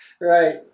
Right